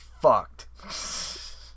fucked